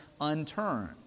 unturned